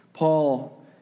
Paul